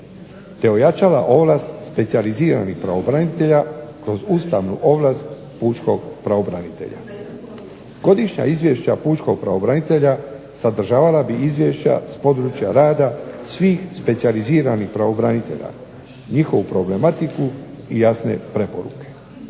te ojačala ovlast specijaliziranih pravobranitelja kroz ustavnu ovlast pučkog pravobranitelja. Godišnja izvješća pučkog pravobranitelja sadržavala bi izvješća s područja rada svih specijaliziranih pravobranitelja, njihovu problematiku i jasne preporuke.